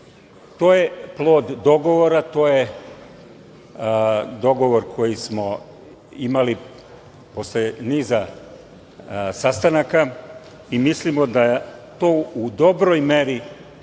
je plod dogovora, to je dogovor koji smo imali posle niza sastanaka i mislimo da to u dobroj meri